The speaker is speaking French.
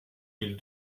mille